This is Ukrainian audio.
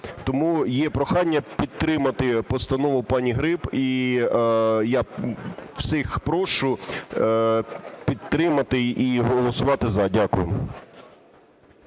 Тому є прохання підтримати постанову пані Гриб і всіх прошу підтримати і голосувати "за". Дякую.